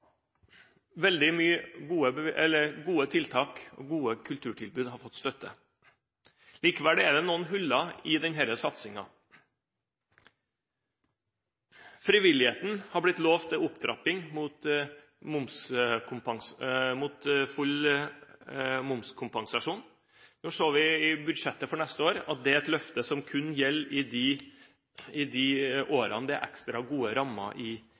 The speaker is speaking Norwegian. Veldig mange gode tiltak og gode kulturtilbud har fått støtte. Likevel er det noen hull i denne satsingen. Frivilligheten er blitt lovt opptrapping mot full momskompensasjon. Vi så i budsjettet for neste år at det er et løfte som kun gjelder i de årene det er ekstra gode rammer i